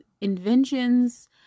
inventions